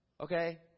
okay